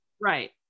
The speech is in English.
right